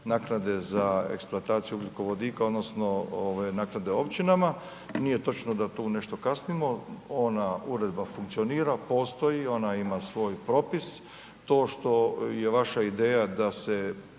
naknade za eksploataciju ugljikovodika odnosno naknade općinama, nije točno da tu nešto kasnimo, ona uredba funkcionira, postoji, ona ima svoj propis, to što je vaša ideja da se